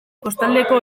kostaldeko